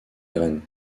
graines